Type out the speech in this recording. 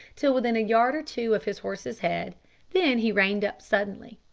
till within a yard or two of his horse's head then he reined up suddenly.